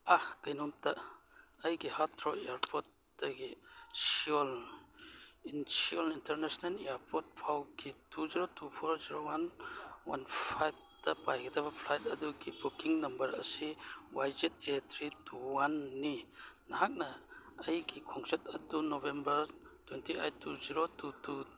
ꯑꯥ ꯀꯩꯅꯣꯝꯇ ꯑꯩꯒꯤ ꯍꯥꯔꯠꯊ꯭ꯔꯣ ꯏꯌꯔꯄꯣꯔꯠꯇꯒꯤ ꯁꯤꯌꯣꯟ ꯏꯟꯁꯤꯌꯣꯟ ꯏꯟꯇꯔꯅꯦꯁꯅꯦꯜ ꯏꯌꯔꯄꯣꯔꯠꯐꯥꯎꯕꯒꯤ two zero two four zero one one ꯐꯥꯏꯚꯇ ꯄꯥꯏꯒꯗꯕ ꯐ꯭ꯂꯥꯏꯠ ꯑꯗꯨꯒꯤ ꯕꯨꯛꯀꯤꯡ ꯅꯝꯕꯔ ꯑꯁꯤ Y Z A three two ꯋꯥꯟꯅꯤ ꯅꯍꯥꯛꯅ ꯑꯩꯒꯤ ꯈꯣꯡꯆꯠ ꯑꯗꯨ November twenty eight two zero two two